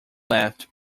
left